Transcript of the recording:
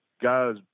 guys